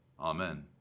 Amen